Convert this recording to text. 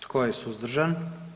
Tko je suzdržan?